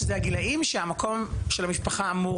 שזה גילאים שהמקום של המשפחה אמור